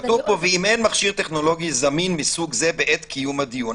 כתוב פה: ואם אין מכשיר טכנולוגי זמין מסוג זה בעת קיום הדיון.